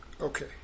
Okay